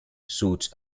shoots